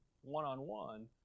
one-on-one